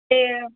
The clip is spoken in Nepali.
ए